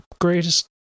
greatest